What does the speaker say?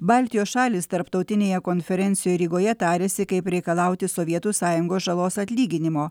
baltijos šalys tarptautinėje konferencijoje rygoje tariasi kaip reikalauti sovietų sąjungos žalos atlyginimo